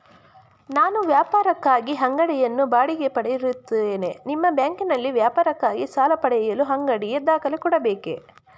ನಾನು ವ್ಯಾಪಾರಕ್ಕಾಗಿ ಅಂಗಡಿಯನ್ನು ಬಾಡಿಗೆ ಪಡೆದಿರುತ್ತೇನೆ ನಿಮ್ಮ ಬ್ಯಾಂಕಿನಲ್ಲಿ ವ್ಯಾಪಾರಕ್ಕಾಗಿ ಸಾಲ ಪಡೆಯಲು ಅಂಗಡಿಯ ದಾಖಲೆ ಕೊಡಬೇಕೇ?